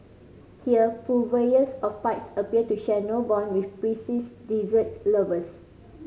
here purveyors of pipes appear to share no bond with prissy dessert lovers